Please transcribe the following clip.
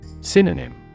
Synonym